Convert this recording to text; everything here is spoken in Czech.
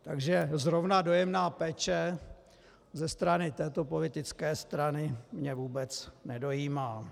Takže zrovna dojemná péče ze strany této politické strany mě vůbec nedojímá.